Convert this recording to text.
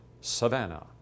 Savannah